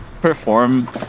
perform